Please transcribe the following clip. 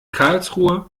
karlsruhe